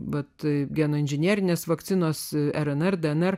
bet genų inžinerinės vakcinos rnr dnr